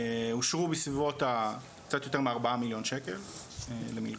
אושרו בסביבות הקצת יותר מארבעה מיליון שקל למלגות.